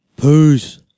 Peace